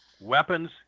weapons